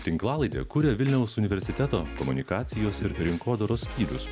tinklalaidę kuria vilniaus universiteto komunikacijos ir rinkodaros skyrius